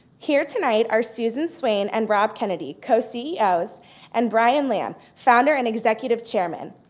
here tonight are susan swain and rob kennedy, coceos and brian lamb, founder and executive chairman.